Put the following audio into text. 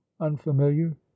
unfamiliar